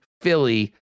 Philly